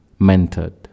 mentored